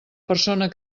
persona